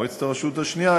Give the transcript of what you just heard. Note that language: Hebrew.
מועצת הרשות השנייה,